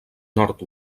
nord